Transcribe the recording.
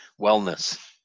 wellness